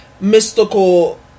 mystical